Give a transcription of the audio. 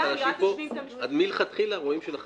אם משווים פה אז מלכתחילה רואים שמלכתחילה